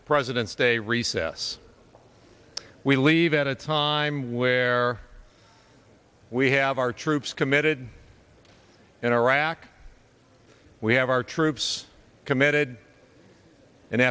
president's day recess we leave at a time where we have our troops commit did in iraq we have our troops committed in